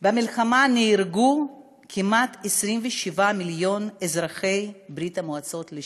במלחמה נהרגו כמעט 27 מיליון אזרחי ברית המועצות לשעבר,